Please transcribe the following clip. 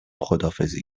خداحافظی